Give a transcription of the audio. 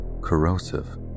corrosive